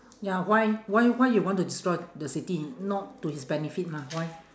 ya why why why you want to destroy the city not to his benefit mah why